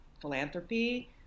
philanthropy